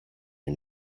are